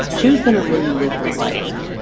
she was going to really live her life.